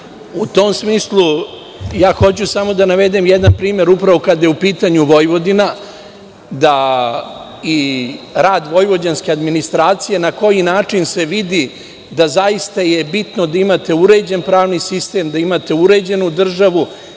tom smislu, hoću samo da navedem jedan primer, upravo kad je u pitanju Vojvodina i rad vojvođanske administracije, na koji način se vidi da je zaista bitno da imate uređen pravni sistem, da imate uređenu državu,